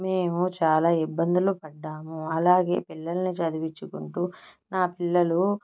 మేము చాలా ఇబ్బందులు పడ్డాము అలాగే పిల్లలిని చదివించుకుంటూ నా పిల్లలు